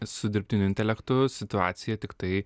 su dirbtiniu intelektu situacija tiktai